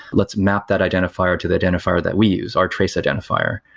let's map that identifier to the identifier that we use, our trace identifier.